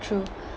true